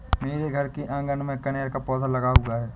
मेरे घर के आँगन में कनेर का पौधा लगा हुआ है